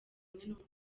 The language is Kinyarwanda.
n’urukundo